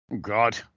God